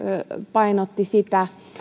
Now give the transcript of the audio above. painotti sitä